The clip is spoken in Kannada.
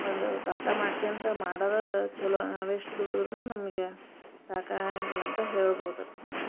ಒಂದು ತ್ವಾಟ ಮಾಡ್ಕ್ಯಂತ ಮಾಡದಾ ಚಲೋ ನಾವು ಎಷ್ಟು ದುಡ್ದ್ರುನು ನಮಗೆ ಸಾಕಾಗಂಗಿಲ್ಲ ಅಂತ ಹೇಳ್ಬೋದು ನಾವು